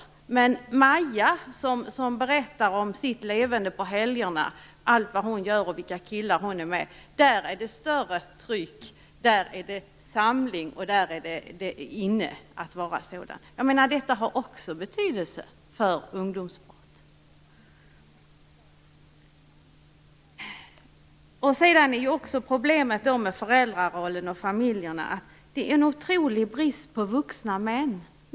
Men Maja, som berättar om sitt leverne på helgerna, vilka killar hon är med och allt vad hon gör - runt henne är det samling; det är inne att vara sådan. - Detta har också betydelse för ungdomsbrott. Problemet med föräldrarollen och familjerna är att det är en otrolig brist på vuxna män.